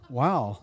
wow